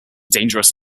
dangerous